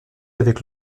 avec